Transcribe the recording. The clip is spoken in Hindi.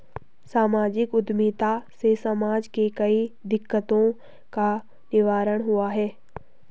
सामाजिक उद्यमिता से समाज के कई दिकक्तों का निवारण हुआ है